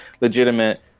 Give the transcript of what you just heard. legitimate